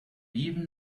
even